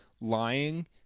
lying